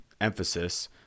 emphasis